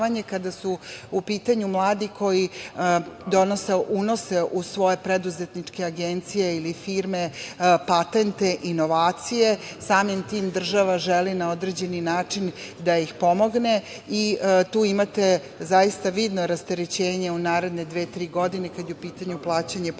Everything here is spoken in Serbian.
kada su pitanju mladi koji donose, unose u svoje preduzetničke agencije ili firme patente, inovacije. Samim tim država želi na određeni način da ih pomogne. Tu imate zaista vidno rasterećenje u naredne dve, tri godine, kada je u pitanju plaćanje poreza